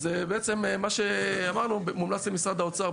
אז מומלץ למשרד האוצר,